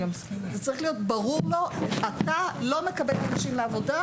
צריך להיות ברור לו שהוא לא מקבל אנשים לעבודה